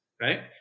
right